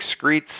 excretes